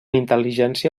intel·ligència